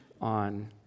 on